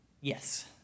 Yes